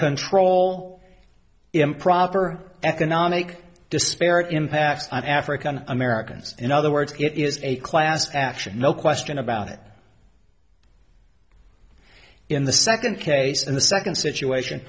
control improper economic despair impacts on african americans in other words it is a class action no question about it in the second case and the second situation